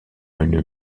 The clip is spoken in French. une